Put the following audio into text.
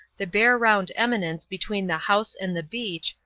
the bare round eminence between the house and the beach,